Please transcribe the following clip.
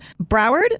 Broward